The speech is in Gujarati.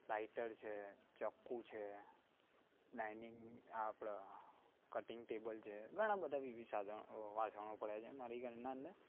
લાઇટર છે ચાકુ છે ડાઇનિંગ આપણે કટિંગ ટેબલ છે ઘણાં બધા વિવિધ સાધનો અ વાસણો પડ્યાં છે મારી ઘરનાં અંદર